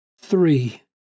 three